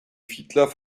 fiedler